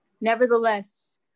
Nevertheless